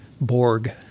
Borg